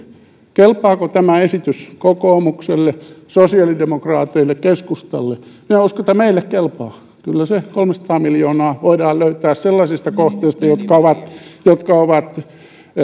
kelpaako tämä esitys kokoomukselle sosiaalidemokraateille keskustalle minä uskon että meille kelpaa kyllä se kolmesataa miljoonaa voidaan löytää sellaisista kohteista jotka ovat jotka ovat